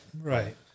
Right